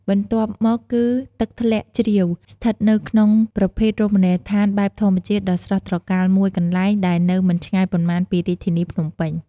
បន្ទាប់មកគឺ ទឹកធ្លាក់ជ្រាវស្ថិតនៅក្នុងប្រភេទរមណីយដ្ឋាន បែបធម្មជាតិដ៏ស្រស់ត្រកាលមួយកន្លែងដែលនៅមិនឆ្ងាយប៉ុន្មានពីរាជធានីភ្នំពេញ។